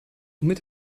womit